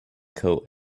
coat